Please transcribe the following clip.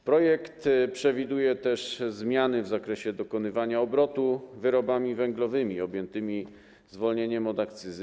W projekcie przewiduje się też zmiany w zakresie dokonywania obrotu wyrobami węglowymi objętymi zwolnieniem od akcyzy.